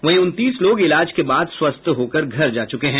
वहीं उनतीस लोग इलाज के बाद स्वस्थ होकर घर जा चुके हैं